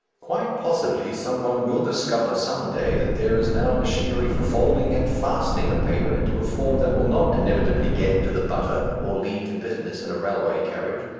quite possibly some one will discover some day that there is now machinery for folding and fastening a paper into a form that will not inevitably get into the butter, or lead to bitterness in a railway carriage.